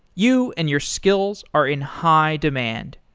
you and your skills are in high demand.